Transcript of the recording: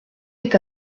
est